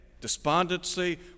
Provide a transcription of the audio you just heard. despondency